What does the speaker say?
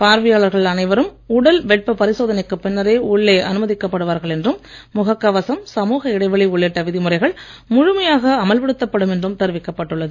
பார்வையாளர்கள் அனைவரும் உடல்வெட்ப பரிசோதனைக்குப் பின்னரே உள்ளே அனுமதிக்கப் படுவார்கள் என்றும் முகக் கவசம் சமூக இடைவெளி உள்ளிட்ட விதிமுறைகள் முழுமையாக அமல்படுத்தப் படும் என்றும் தெரிவிக்கப் பட்டுள்ளது